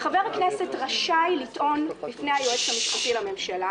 חבר הכנסת רשאי לטעון בפני היועץ המשפטי לממשלה